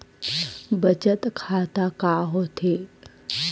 बचत खाता का होथे?